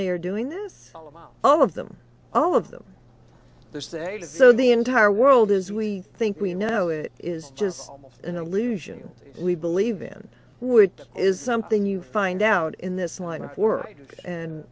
they are doing this all of them all of them so the entire world as we think we know it is just an illusion we believe in which is something you find out in this line of work and